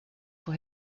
for